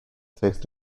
takes